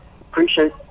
appreciate